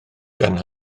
gan